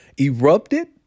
erupted